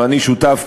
ואני שותף,